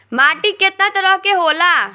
माटी केतना तरह के होला?